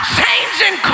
changing